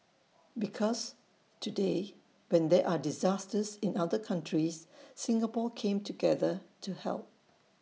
because today when there are disasters in other countries Singapore came together to help